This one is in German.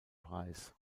preis